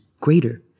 greater